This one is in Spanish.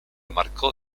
marcó